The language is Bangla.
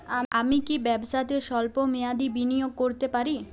আমি কি ব্যবসাতে স্বল্প মেয়াদি বিনিয়োগ করতে পারি?